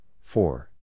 four